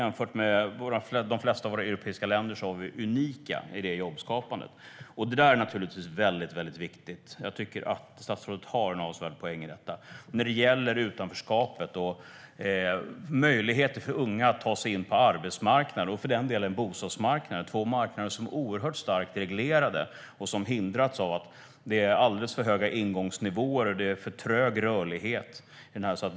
Jämfört med de flesta andra europeiska länder var Sverige unikt i detta jobbskapande. Detta är väldigt viktigt, och jag tycker att statsrådet har en avsevärd poäng där. När det gäller utanförskapet och möjligheter för unga att ta sig in på arbetsmarknaden och för den delen bostadsmarknaden - två marknader som är oerhört starkt reglerade - har de hindrats av att det är alldeles för höga ingångsnivåer och alltför trög rörlighet.